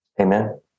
Amen